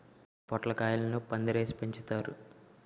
పొట్లకాయలను పందిరేసి పెంచుతారు